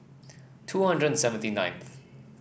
two hundred and seventy nineth